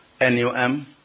NUM